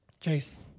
Chase